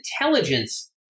intelligence